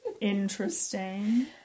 Interesting